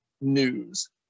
news